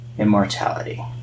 Immortality